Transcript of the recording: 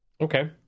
Okay